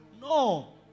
No